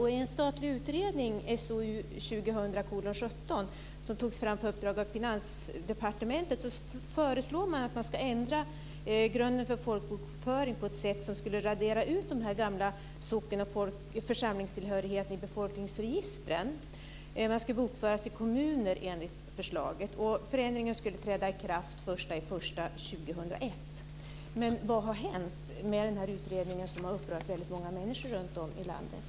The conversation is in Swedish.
I en statlig utredning - SOU 2000:17 - som togs fram på uppdrag av Finansdepartementet föreslår man att man ska ändra grunden för folkbokföring på ett sätt som skulle radera ut den gamla socken och församlingstillhörigheten i befolkningsregistren. Man ska bokföras i kommuner, enligt förslaget. Förändringen skulle träda i kraft den 1 januari 2001. Vad har hänt med denna utredning, som har upprört väldigt många människor runtom i landet?